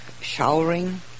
showering